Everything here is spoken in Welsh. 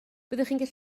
byddech